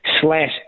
Slash